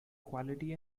quality